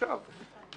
עכשיו,